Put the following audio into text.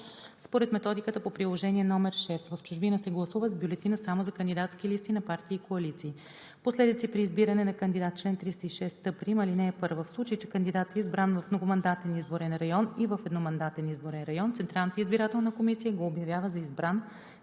според методиката по приложение № 6. В чужбина се гласува с бюлетина само за кандидатски листи на партии и коалиции. Последици при избиране на кандидат Чл. 306т'. (1) В случай че кандидатът е избран в многомандатен изборен район и в едномандатен изборен район Централната избирателна комисия го обявява за избран